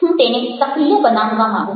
હું તેને સક્રિય બનાવવા માગું છું